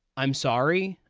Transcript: i'm sorry.